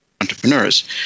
entrepreneurs